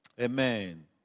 Amen